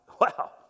Wow